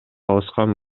алышкан